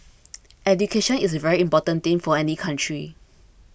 education is a very important thing for any country